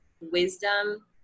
wisdom